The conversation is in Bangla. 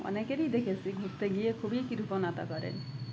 অনেকেরই দেখেছি ঘুরতে গিয়ে খুবই কৃপণতা করেন